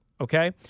Okay